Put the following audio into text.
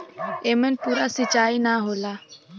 एमन पूरा सींचाई ना होला